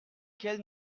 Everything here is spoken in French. quel